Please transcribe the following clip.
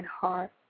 heart